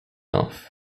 off